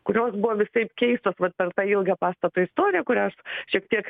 kurios buvo visaip keistos kad per tą ilgą pastato istoriją kurią aš šiek tiek